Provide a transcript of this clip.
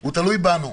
הוא תלוי בנו.